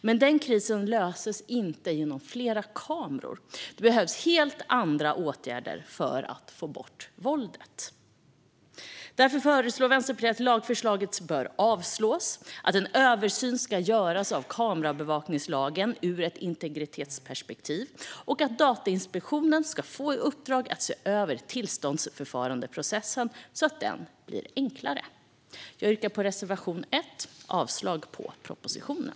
Men den krisen löses inte genom fler kameror, utan det behövs helt andra åtgärder för att få bort våldet. Därför föreslår Vänsterpartiet att lagförslaget avslås, att en översyn av kamerabevakningslagen ur ett integritetsperspektiv ska göras samt att Datainspektionen får i uppdrag att se över tillståndsförfarandeprocessen så att den blir enklare. Jag yrkar bifall till reservation 1 och avslag på propositionen.